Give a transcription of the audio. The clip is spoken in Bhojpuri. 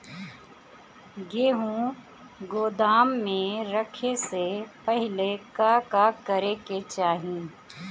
गेहु गोदाम मे रखे से पहिले का का करे के चाही?